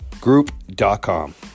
Group.com